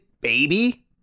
baby